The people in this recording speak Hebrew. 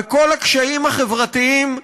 וכל הקשיים החברתיים,